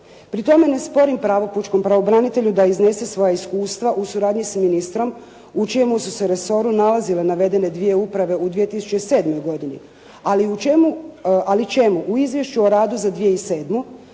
Pri tome ne sporim pravo pučkom pravobranitelju da iznese svoja iskustva u suradnji sa ministrom u čijemu su se resoru nalazile navedene dvije uprave u 2007. godini. Ali u čemu, ali čemu u izvješću o radu za 2007.